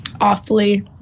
Awfully